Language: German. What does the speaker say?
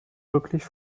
wirklich